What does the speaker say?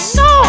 no